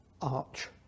arch